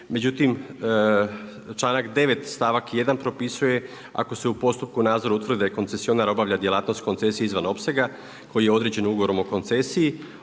Međutim, članak 9. stavak 1. propisuje ako se u postupku nadzora utvrdi da koncensionar obavlja djelatnost koncesije izvan opsega koji je određen ugovorom o koncesiji,